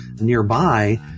nearby